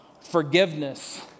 forgiveness